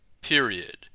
period